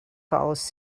follows